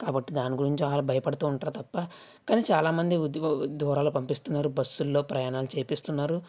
కాబట్టి దాని అలా గురించి భయపడుతూ ఉంటారు తప్ప కానీ చాలామంది దూరాలు పంపిస్తున్నారు బస్సుల్లో ప్రయాణాలు చేయిస్తున్నారు